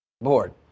board